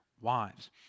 wives